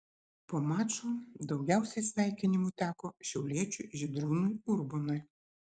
po mačo daugiausiai sveikinimų teko šiauliečiui žydrūnui urbonui